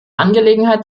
angelegenheit